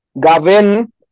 Gavin